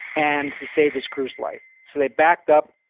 and he saved his crew's life. so they backed up,